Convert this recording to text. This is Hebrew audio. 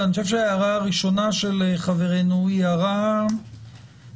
אבל אני חושב שההערה הראשונה של חברנו היא הערה משמעותית.